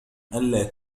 ألا